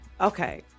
Okay